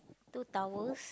two towels